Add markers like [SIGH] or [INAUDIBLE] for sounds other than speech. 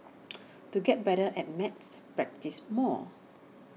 [NOISE] to get better at maths practise more